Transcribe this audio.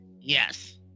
Yes